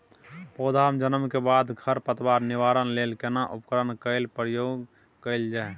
पौधा जन्म के बाद खर पतवार निवारण लेल केना उपकरण कय प्रयोग कैल जाय?